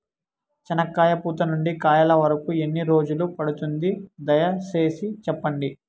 చెనక్కాయ పూత నుండి కాయల వరకు ఎన్ని రోజులు పడుతుంది? దయ సేసి చెప్పండి?